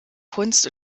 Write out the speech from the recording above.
kunst